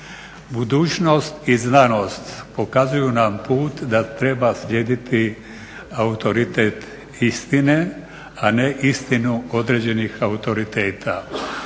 Budućnost i znanost pokazuju nam put da treba slijediti autoritet istine, a ne istinu određenih autoriteta,